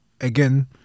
again